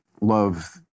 love